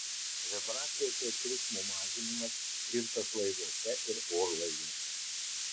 vibracijos ir triukšmo mažinimas tirtas laivuose ir orlaiviuose